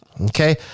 okay